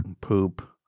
poop